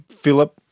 Philip